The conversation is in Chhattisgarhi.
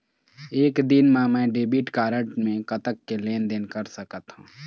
एक दिन मा मैं डेबिट कारड मे कतक के लेन देन कर सकत हो?